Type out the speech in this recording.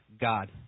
God